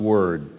Word